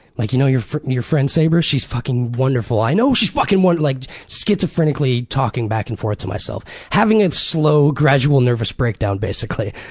like, you know your friend your friend saber? she's fucking wonderful. i know she's fucking wond' like so schizophrenically talking back and forth to myself, having a slow, gradual nervous breakdown, basically.